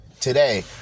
today